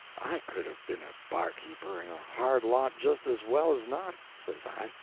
i could have been a barkeeper and a hard lot just as well as not, says i,